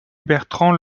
bertrand